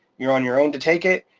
you're on your own to take it.